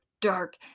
dark